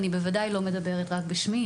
אני בוודאי לא מדברת רק בשמי,